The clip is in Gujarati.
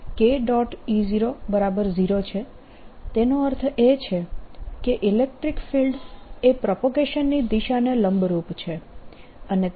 E00 છે તેનો અર્થ એ છે કે ઇલેક્ટ્રીક ફિલ્ડ એ પ્રોપગેશનની દિશાને લંબરૂપ છે અને તે જ રીતે k